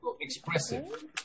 expressive